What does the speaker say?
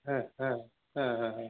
हां हां हां हां हां